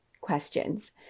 questions